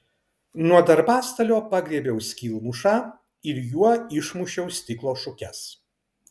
nuo darbastalio pagriebiau skylmušą ir juo išmušiau stiklo šukes